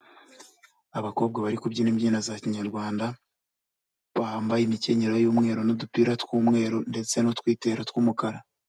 Abakobwa bari kubyina imbyino za kinyarwanda, bambaye imikenyero y'umweru n'udupira tw'umweru ndetse n'utwitero tw'umukara.